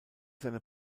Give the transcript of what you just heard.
seine